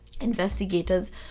Investigators